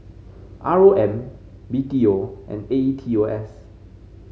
R O M B T O and A E T O S